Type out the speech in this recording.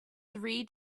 three